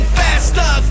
faster